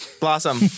Blossom